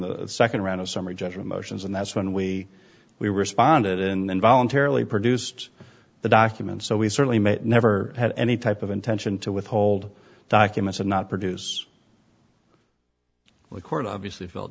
the second round of summary judgment motions and that's when we we responded in then voluntarily produced the documents so we certainly may never had any type of intention to withhold documents and not produce the court obviously felt